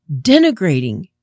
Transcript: denigrating